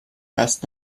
erst